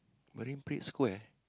Marine-Parade Square